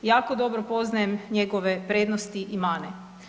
Jako dobro poznajem njegove prednosti i mane.